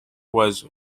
was